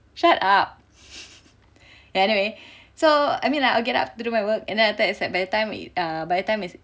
shut up ya anyway so I mean like I'll get up to do my work and then after that it's like by the time err by the time it's